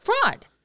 Fraud